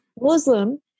muslim